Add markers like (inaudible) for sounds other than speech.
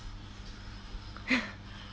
(laughs)